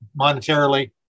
monetarily